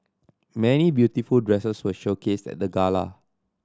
many beautiful dresses were showcased at the gala